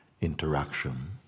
interaction